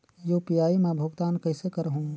UPI मा भुगतान कइसे करहूं?